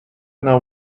know